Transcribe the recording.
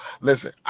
Listen